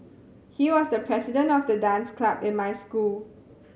he was the president of the dance club in my school